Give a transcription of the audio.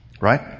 Right